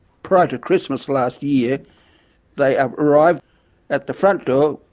prior to christmas last year they ah arrived at the front door,